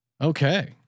Okay